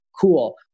Cool